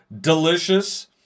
delicious